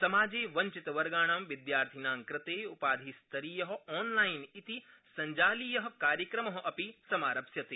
समाजे वंचितवर्गाणां विद्यार्थिनां कृते उपाधिस्तरीय ऑनलाइन इति सब्जालीय कार्यक्रम अपि समारप्स्यते